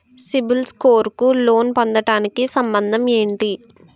CIBIL score కు loan పొందటానికి సంబంధం ఏంటి?